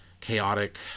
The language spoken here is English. chaotic